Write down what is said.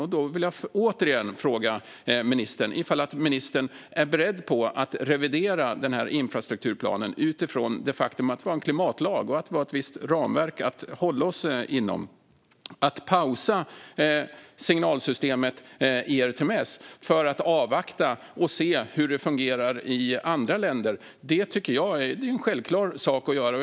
Jag vill återigen fråga ministern ifall ministern är beredd att revidera infrastrukturplanen utifrån faktumet att vi har en klimatlag och ett visst ramverk att hålla oss inom. Att pausa signalsystemet ERTMS för att avvakta och se hur det fungerar i andra länder tycker jag är en självklar sak att göra.